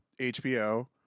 hbo